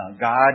God